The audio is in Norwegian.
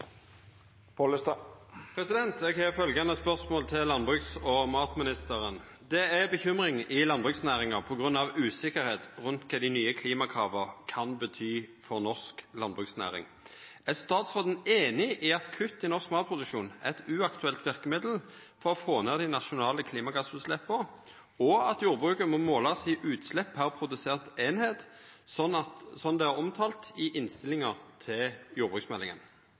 til landbruks- og matministeren: «Det er bekymring i landbruksnæringen på grunn av usikkerhet rundt hva nye klimakrav kan bety for norsk landbruksnæring. Er statsråden enig i at kutt i norsk matproduksjon er et uaktuelt virkemiddel for å få ned de nasjonale klimagassutslippene, og at jordbruket må måles i utslipp per produsert enhet, slik det er omtalt i innstillingen til jordbruksmeldingen?»